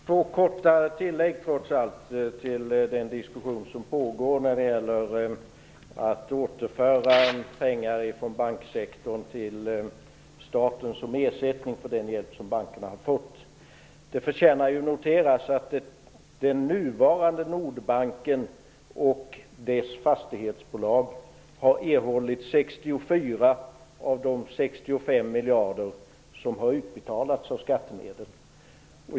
Herr talman! Jag vill trots allt göra två korta tilllägg till den diskussion som pågår om att återföra pengar från banksektorn till staten som ersättning för den hjälp som bankerna har fått. Det förtjänar att noteras att nuvarande Nordbanken och dess fastighetsbolag har erhållit 64 av de 65 miljarder som har utbetalats av skattemedel.